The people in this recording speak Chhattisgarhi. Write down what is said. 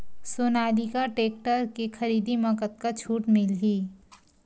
सोनालिका टेक्टर के खरीदी मा कतका छूट मीलही?